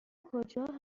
کجا